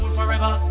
forever